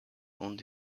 und